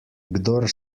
kdor